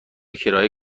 کرایه